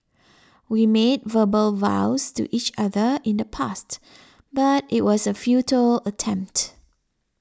we made verbal vows to each other in the past but it was a futile attempt